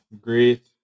great